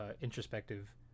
introspective